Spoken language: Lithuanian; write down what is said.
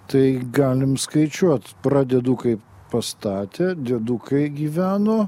tai galim skaičiuot pradedu kai pastatė diedukai gyveno